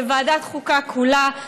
לוועדת חוקה כולה,